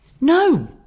no